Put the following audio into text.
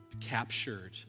captured